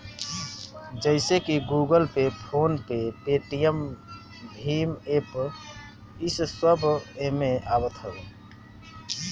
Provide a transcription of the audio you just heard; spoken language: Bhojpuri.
जइसे की Google Pay, PhonePe, Paytm भीम एप्प इस सब एमे आवत हवे